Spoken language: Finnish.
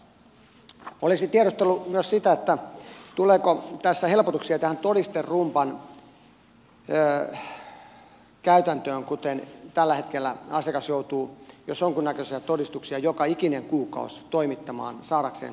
olisin tiedustellut myös sitä tuleeko helpotuksia tähän todisterumban käytäntöön kun tällä hetkellä asiakas joutuu jos jonkunnäköisiä todistuksia joka ikinen kuukausi toimittamaan saadakseen toimeentulotukea